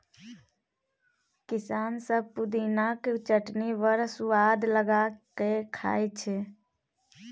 किसान सब पुदिनाक चटनी बड़ सुआद लगा कए खाइ छै